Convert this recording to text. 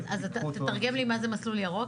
ייקחו אותו --- תתרגם לי מה זה מסלול ירוק,